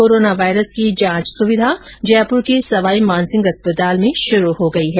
corona virus की जांच सुविधा जयपुर के सवाई मानसिंह अस्पताल में शुरू हो गई है